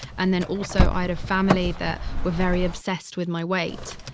and then also i had a family that were very obsessed with my weight.